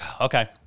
okay